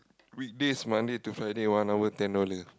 weekdays Monday to Friday one hour ten dollar